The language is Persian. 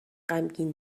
غمگین